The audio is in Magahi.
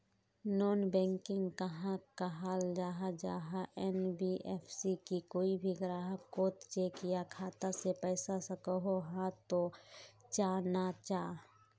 नॉन बैंकिंग कहाक कहाल जाहा जाहा एन.बी.एफ.सी की कोई भी ग्राहक कोत चेक या खाता से पैसा सकोहो, हाँ तो चाँ ना चाँ?